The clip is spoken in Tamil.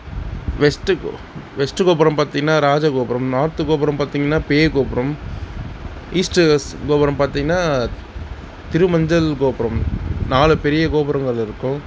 வெஸ்ட்டு வெஸ்ட்டு கோபுரம் பார்த்திங்கனா ராஜகோபுரம் நார்த்து கோபுரம் பார்த்திங்கனா பேய் கோபுரம் ஈஸ்ட்டு வெஸ்ட் கோபுரம் பார்த்திங்கனா திருமஞ்சள் கோபுரம் நாலு பெரிய கோபுரங்கள் இருக்கும்